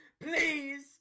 Please